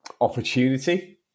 opportunity